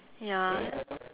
ya